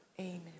Amen